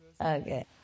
Okay